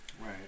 Right